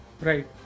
Right